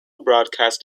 broadcast